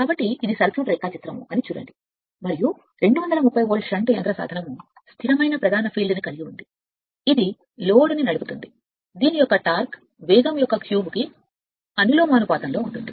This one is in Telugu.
కాబట్టి ఇది సర్క్యూట్ రేఖాచిత్రం అని చూడండి మరియు స్థిరమైన ప్రధాన క్షేత్రంతో 230 వోల్ట్ షంట్ యంత్ర సాధనము ను ఏ లోడ్ పిలుస్తుందో దాని యొక్క టార్క్ వేగం యొక్క క్యూబ్కు అనులోమానుపాతంలో ఉంటుంది